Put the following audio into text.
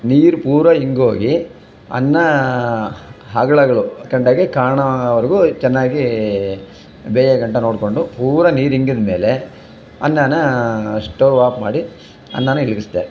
ನೀರು ಪೂರ ಇಂಗೋಗಿ ಅನ್ನ ಅಗ್ಳಗ್ಳು ಕಂಡಗೆ ಕಾಣೋವರೆಗೂ ಚೆನ್ನಾಗಿ ಬೇಯೋಗಂಟ ನೋಡಿಕೊಂಡು ಪೂರ ನೀರು ಇಂಗಿದ್ಮೇಲೆ ಅನ್ನನ ಸ್ಟೌವ್ ಆಫ್ ಮಾಡಿ ಅನ್ನನ ಇಳಿಸ್ದೆ